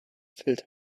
filled